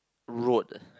road ah